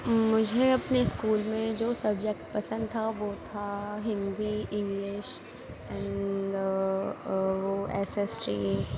مجھے اپنے اسکول میں جو سبجیکٹ پسند تھا وہ تھا ہندی انگلش اینڈ وہ ایس ایس ٹی